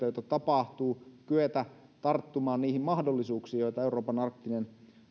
joita tapahtuu kyetä tarttumaan niihin mahdollisuuksiin joita euroopan arktinen